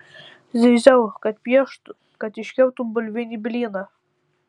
zyziau kad pieštų kad iškeptų bulvinį blyną